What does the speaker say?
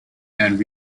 and